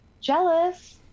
jealous